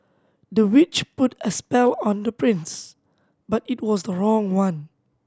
the witch put a spell on the prince but it was the wrong one